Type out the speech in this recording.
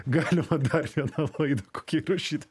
galima dar vieną laidą kokį įrašyt